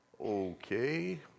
okay